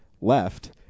left